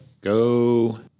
go